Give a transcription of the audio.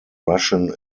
russian